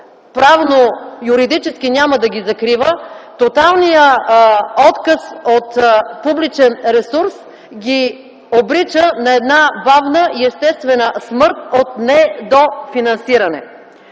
правно, юридически няма да ги закрива, тоталният отказ от публичен ресурс ги обрича на една бавна и естествена смърт от недофинансиране.